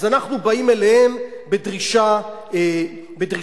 אז אנחנו באים אליהם בדרישה כזאת?